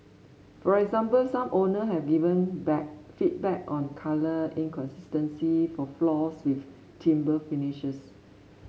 for example some owner have given back feedback on colour inconsistencies for floors with timber finishes